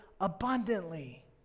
abundantly